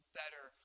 better